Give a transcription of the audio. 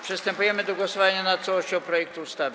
Przystępujemy do głosowania nad całością projektu ustawy.